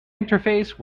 interface